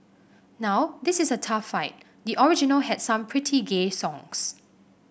now this is a tough fight the original had some pretty gay songs